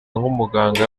nk’umuganga